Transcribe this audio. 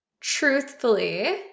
truthfully